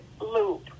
loop